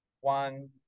one